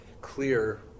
clear